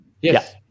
yes